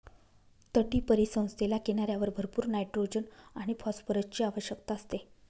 तटीय परिसंस्थेला किनाऱ्यावर भरपूर नायट्रोजन आणि फॉस्फरसची आवश्यकता असते